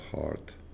heart